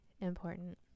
important